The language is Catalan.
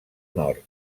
nord